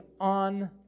on